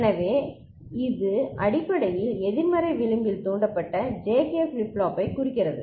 எனவே இது அடிப்படையில் எதிர்மறை விளிம்பில் தூண்டப்பட்ட JK ஃபிளிப் பிளாப்பை குறிக்கிறது